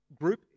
group